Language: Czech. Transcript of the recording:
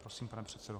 Prosím, pane předsedo.